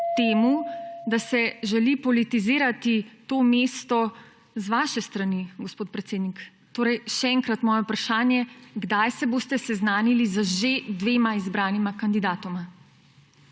temu, da se želi politizirati to mesto z vaše strani, gospod predsednik. Torej še enkrat moje vprašanje: Kdaj se boste seznanili z že dvema izbranima kandidatoma?